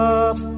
up